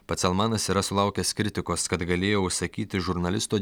pats salmanas yra sulaukęs kritikos kad galėjo užsakyti žurnalisto